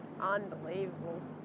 Unbelievable